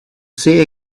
say